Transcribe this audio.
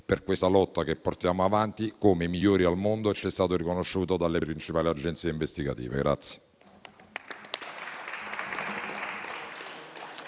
per questa lotta che portiamo avanti come migliori al mondo, così come ci è stato riconosciuto dalle principali agenzie investigative.